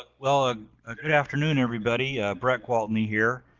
ah well ah ah good afternoon everybody, bret gwaltney here.